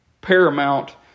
paramount